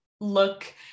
look